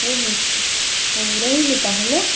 ହଉ ହଉ ହଉ ରହିଲି ତାହେଲେ